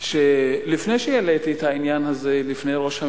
לפני שהעליתי את העניין הזה בפני ראש הממשלה,